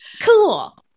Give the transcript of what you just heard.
Cool